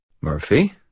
Murphy